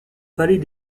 palais